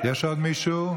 יש עוד מישהו?